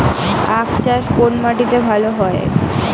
আখ চাষ কোন মাটিতে ভালো হয়?